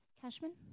Cashman